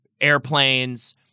airplanes